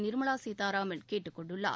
நிர்மலா சீதாராமன் கேட்டுக் கொண்டுள்ளார்